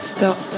Stop